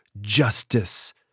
Justice